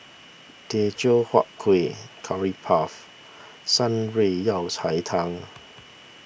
Teochew Huat Kuih Curry Puff Shan Rui Yao Cai Tang